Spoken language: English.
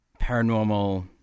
paranormal